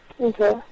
Okay